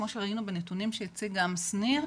כמו שראינו בנתונים שהציג גם שניר,